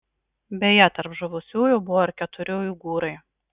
beje tarp žuvusiųjų buvo ir keturi uigūrai